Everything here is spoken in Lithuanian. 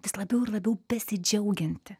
vis labiau ir labiau besidžiaugianti